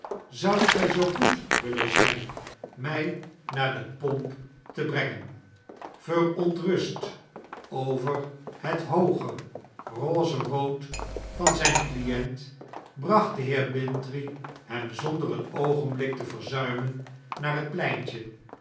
zoudt gy zoo goed willen zyn mij naar de pomp te brengen verontrust over het hooge rozerood van zyn client bracht de heer bintrey hem zonder een oogenblik te verzuimen naar het pleintje